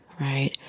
right